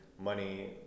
money